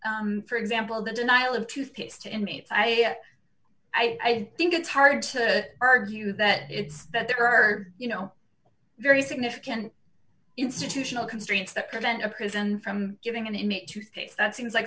for example the denial of toothpaste to inmates i i think it's hard to argue that it's that there are you know very significant institutional constraints that prevent a prison from giving an inmate to space that seems like